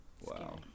Wow